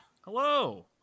Hello